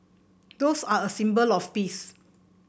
doves are a symbol of peace